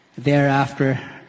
Thereafter